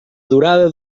durada